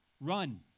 run